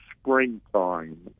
springtime